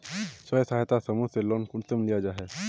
स्वयं सहायता समूह से लोन कुंसम लिया जाहा?